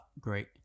great